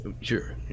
Sure